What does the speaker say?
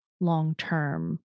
long-term